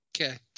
Okay